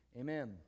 amen